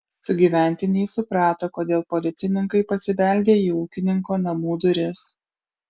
sugyventiniai suprato kodėl policininkai pasibeldė į ūkininko namų duris